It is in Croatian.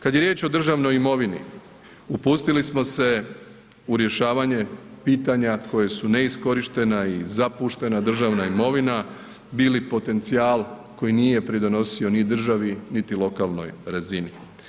Kad je riječ o državnoj imovini upustili smo se u rješavanje pitanja koje su neiskorištena i zapuštena državna imovina bili potencijal koji nije pridonosio niti državi, niti lokalnoj razini.